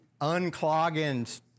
unclogging